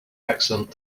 excellent